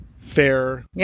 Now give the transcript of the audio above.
Fair